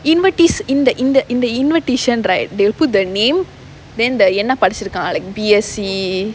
invit~ in the in the in the invitation right they'll put the name then the என்ன படிச்சுருக்கான்:enna padichurukkaan like B_S_C